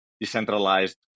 decentralized